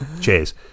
cheers